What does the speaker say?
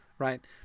right